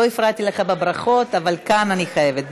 לא הפרעתי לך בברכות, אבל כאן אני חייבת.